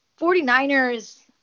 49ers